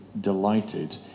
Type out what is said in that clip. delighted